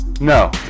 no